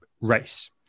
race